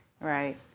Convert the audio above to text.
Right